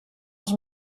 els